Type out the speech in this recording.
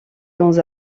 dans